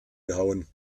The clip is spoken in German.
gehauen